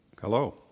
Hello